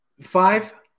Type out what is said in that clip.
Five